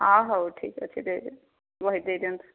ହଉ ଠିକ୍ ଅଛି ଦେଇଦିଅନ୍ତୁ ବହି ଦେଇଦିଅନ୍ତୁ